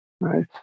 Right